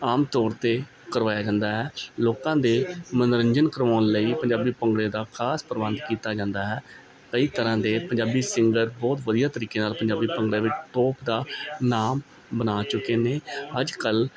ਆਮ ਤੌਰ 'ਤੇ ਕਰਵਾਇਆ ਜਾਂਦਾ ਹੈ ਲੋਕਾਂ ਦੇ ਮਨੋਰੰਜਨ ਕਰਵਾਉਣ ਲਈ ਪੰਜਾਬੀ ਭੰਗੜੇ ਦਾ ਖ਼ਾਸ ਪ੍ਰਬੰਧ ਕੀਤਾ ਜਾਂਦਾ ਹੈ ਕਈ ਤਰ੍ਹਾਂ ਦੇ ਪੰਜਾਬੀ ਸਿੰਗਰ ਬਹੁਤ ਵਧੀਆ ਤਰੀਕੇ ਨਾਲ ਪੰਜਾਬੀ ਭੰਗੜੇ ਵਿੱਚ ਬਹੁਤ ਦਾ ਨਾਮ ਬਣਾ ਚੁੱਕੇ ਨੇ ਅੱਜ ਕੱਲ੍ਹ